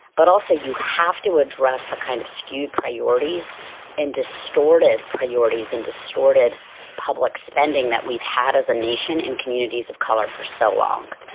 but also, you have to address the kind of skewed priorities and distorted priorities and distorted public spending that we've had as a nation in communities of color for so long